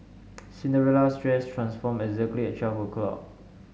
Cinderella's dress transformed exactly at twelve o'clock